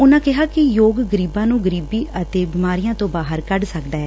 ਉਨੂਾ ਕਿਹਾ ਕਿ ਯੋਗ ਗਰੀਬਾਂ ਨੂੰ ਗਰੀਬੀ ਅਤੇ ਬਿਮਾਰੀਆਂ ਤੋਂ ਬਾਹਰ ਕੱਢ ਸਕਦਾ ਐ